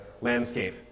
landscape